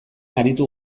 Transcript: aritu